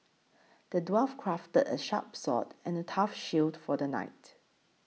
the dwarf crafted a sharp sword and a tough shield for the knight